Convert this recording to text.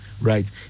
right